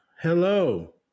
Hello